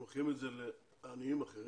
הם לוקחים את זה לעניים אחרים?